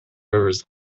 rivers